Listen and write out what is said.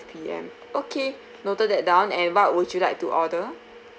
five P_M okay noted that down and what would you like to order